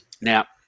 Now